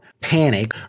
panic